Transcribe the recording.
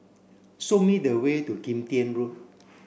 show me the way to Kim Tian Road